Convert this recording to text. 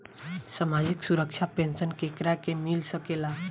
सामाजिक सुरक्षा पेंसन केकरा के मिल सकेला?